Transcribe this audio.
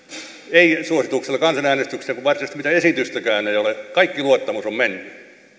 ei suosituksella kansanäänestykseen kun varsinaista esitystäkään ei ole kaikki luottamus on mennyt ja